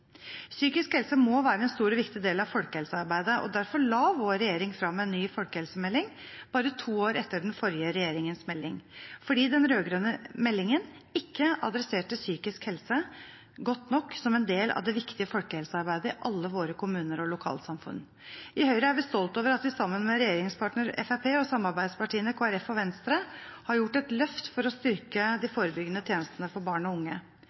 Psykisk helse må være en stor og viktig del av folkehelsearbeidet, og derfor la vår regjering frem en ny folkehelsemelding bare to år etter den forrige regjeringens melding fordi den rød-grønne meldingen ikke adresserte psykisk helse godt nok som en del av det viktige folkehelsearbeidet i alle våre kommuner og lokalsamfunn. I Høyre er vi stolt over at vi sammen med regjeringspartner Fremskrittspartiet og samarbeidspartiene Kristelig Folkeparti og Venstre har gjort et løft for å styrke de forebyggende tjenestene for barn og unge.